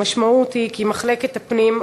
המשמעות היא שמחלקות הפגים,